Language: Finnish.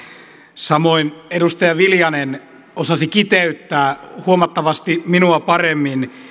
samoin edustaja viljanen osasi kiteyttää huomattavasti minua paremmin